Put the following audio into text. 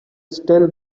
still